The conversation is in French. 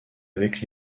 avec